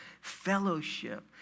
fellowship